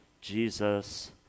Jesus